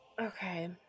okay